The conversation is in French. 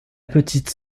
petite